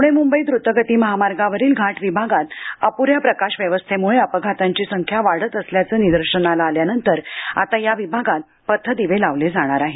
पुणे मुंबई द्रतगती महामार्गावरील घाट विभागात अपुऱ्या प्रकाश व्यवस्थेमुळं अपघातांची संख्या वाढत असल्याचं निदर्शनास आल्यानंतर आता या विभागात पथदिवे लावले जाणार आहेत